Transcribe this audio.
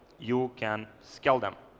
you can scale them.